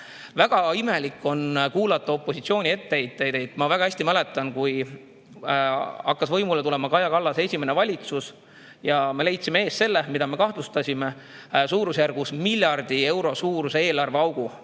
Väga imelik on kuulata opositsiooni etteheiteid. Ma väga hästi mäletan, et kui hakkas võimule tulema Kaja Kallase esimene valitsus, leidsime me eest selle, mida me kahtlustasime – suurusjärgus miljardi euro suuruse eelarveaugu,